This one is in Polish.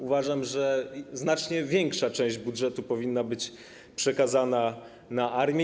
Uważam, że znacznie większa część budżetu powinna być przekazana na armię.